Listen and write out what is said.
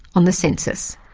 on the census.